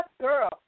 girl